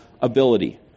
ability